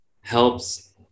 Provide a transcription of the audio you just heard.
helps